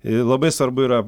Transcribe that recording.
ir labai svarbu yra